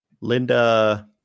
Linda